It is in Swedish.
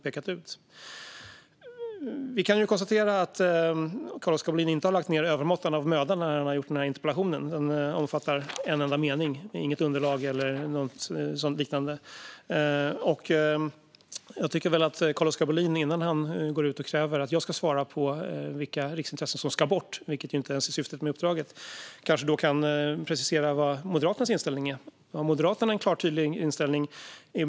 Jag kan konstatera att Carl-Oskar Bohlin inte har lagt ned övermåttan av möda när han skrivit denna interpellation. Den omfattar en enda mening. Det finns inget underlag eller liknande. Innan Carl-Oskar Bohlin går ut och kräver att jag ska svara på vilka riksintressen som ska bort, vilket inte ens är syftet med uppdraget, tycker jag att han ska precisera vad Moderaternas inställning är. Har Moderaterna en klar och tydlig inställning?